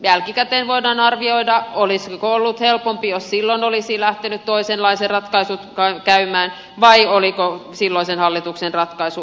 jälkikäteen voidaan arvioida olisiko ollut helpompi jos silloin olisivat lähteneet toisenlaiset ratkaisut käymään vai oliko silloisen hallituksen ratkaisu oikea